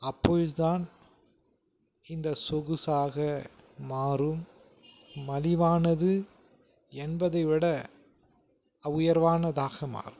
அப்பொழுதுதான் இந்த சொகுசாக மாறும் மலிவானது என்பதைவிட உயர்வானதாக மாறும்